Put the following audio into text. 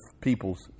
people's